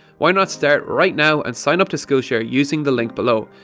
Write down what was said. why not start right now and sign up to skillshare using the link below.